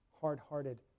hard-hearted